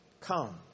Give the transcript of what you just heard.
Come